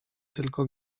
tylko